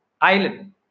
island